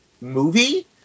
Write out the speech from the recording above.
movie